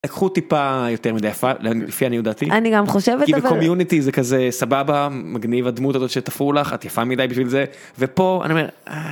לקחו טיפה יותר מדי יפה לפי עניות דעתי. אני גם חושבת אבל... כי בקומיוניטי זה כזה, סבבה, מגניב, הדמות הזאת שתפרו לך, את יפה מדי בשביל זה, ופה אני אומר